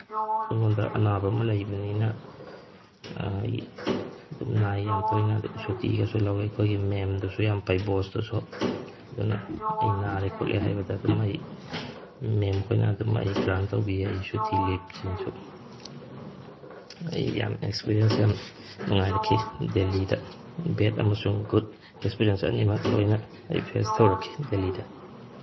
ꯑꯩꯉꯣꯟꯗ ꯑꯅꯥꯕ ꯑꯃ ꯂꯩꯕꯅꯤꯅ ꯑꯩ ꯑꯗꯨꯝ ꯅꯥꯏ ꯌꯥꯝ ꯇꯣꯏꯅ ꯑꯗꯨꯝ ꯁꯨꯇꯤꯒꯁꯨ ꯂꯧꯋꯤ ꯑꯩꯈꯣꯏꯒꯤ ꯃꯦꯝꯗꯨꯁꯨ ꯌꯥꯝ ꯐꯩ ꯕꯣꯁꯇꯨꯁꯨ ꯑꯗꯨꯅ ꯑꯩ ꯅꯥꯔꯦ ꯈꯣꯠꯂꯦ ꯍꯥꯏꯕꯗ ꯑꯗꯨꯝ ꯑꯩ ꯃꯦꯝꯈꯣꯏꯅ ꯑꯗꯨꯝ ꯑꯩ ꯒ꯭ꯔꯥꯟ ꯇꯧꯕꯤ ꯑꯩ ꯁꯨꯇꯤ ꯂꯤꯞꯁꯤꯡꯁꯨ ꯑꯗꯣ ꯑꯩ ꯌꯥꯝ ꯑꯦꯛꯁꯄꯔꯤꯌꯦꯟꯁ ꯌꯥꯝ ꯅꯨꯡꯉꯥꯏꯔꯛꯈꯤ ꯗꯦꯜꯂꯤꯗ ꯕꯦꯠ ꯑꯃꯁꯨꯡ ꯒꯨꯠ ꯑꯦꯛꯁꯄꯔꯤꯌꯦꯟꯁ ꯑꯅꯤꯃꯛ ꯂꯣꯏꯅ ꯑꯩ ꯐꯦꯁ ꯇꯧꯔꯛꯈꯤ ꯗꯦꯜꯂꯤꯗ